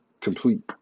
complete